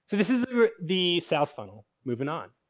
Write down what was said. so this is the sales funnel. moving on.